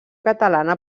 catalana